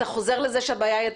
אתה חוזר לזה שהבעיה היא התקצוב?